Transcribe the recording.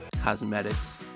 Cosmetics